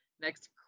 next